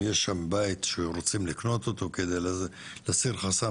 אם יש שם בית שרוצים לקנות אותו על מנת להסיר חסם,